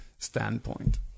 standpoint